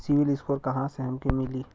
CIBIL score कहाँसे हमके मिली?